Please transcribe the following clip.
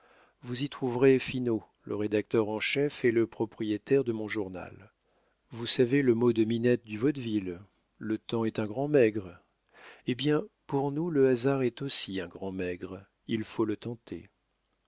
vous y trouverez finot le rédacteur en chef et le propriétaire de mon journal vous savez le mot de minette du vaudeville le temps est un grand maigre eh bien pour nous le hasard est aussi un grand maigre il faut le tenter